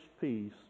peace